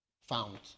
found